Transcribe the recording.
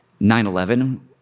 9-11